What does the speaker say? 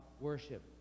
worship